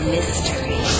Mystery